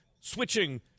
switching